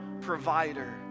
provider